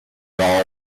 that